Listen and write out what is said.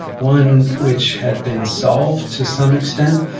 one which had been solved to some extent.